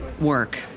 work